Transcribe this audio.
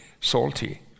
salty